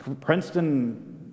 Princeton